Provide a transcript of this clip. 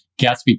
Gatsby